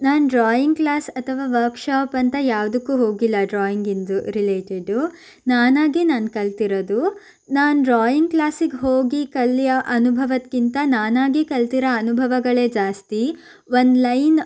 ನಾನು drawing class ಅಥವಾ workshop ಅಂತ ಯಾವುದಕ್ಕೂ ಹೋಗಿಲ್ಲ ಡ್ರಾಯಿಂಗಿಂದು ರಿಲೇಟೆಡ್ಡು ನಾನಾಗೇ ನಾನು ಕಲ್ತಿರೋದು ನಾನು ಡ್ರಾಯಿಂಗ್ ಕ್ಲಾಸಿಗೆ ಹೋಗಿ ಕಲಿಯೋ ಅನುಭವಕ್ಕಿಂತ ನಾನಾಗೇ ಕಲ್ತಿರೋ ಅನುಭವಗಳೇ ಜಾಸ್ತಿ ಒಂದ್ಲೈನ್